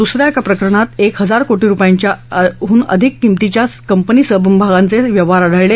दुस या एका प्रकरणात एक हजार कोटी रुपयांच्या अधिक किंमतींच्या कंपनी समभागांचे व्यवहार आढळले